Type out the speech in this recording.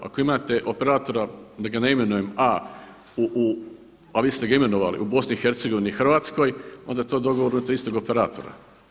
Ako imate operatora da ga ne imenujem A, a vi ste ga imenovali u BiH, Hrvatskoj onda je to dogovor tog istog operatora.